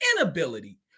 inability